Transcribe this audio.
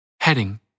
Heading